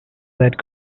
that